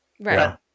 Right